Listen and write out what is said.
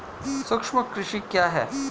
सूक्ष्म कृषि क्या है?